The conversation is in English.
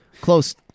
Close